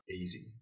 easy